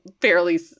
Fairly